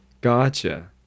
Gotcha